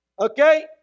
Okay